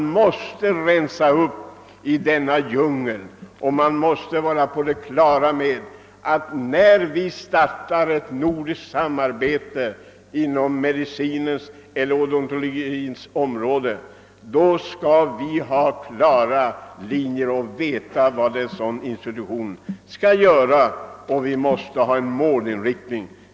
Nej, vi måste rensa upp i denna djungel, och vi måste vara på det klara med att när vi startar ett nordiskt samarbete : inom medicinens eller odontologins::område skall det vara. klara lin jer — vi skall veta vad institutionen skall göra, vi måste ha en målinriktning.